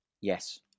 Yes